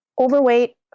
overweight